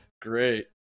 great